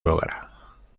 logra